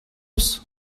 eus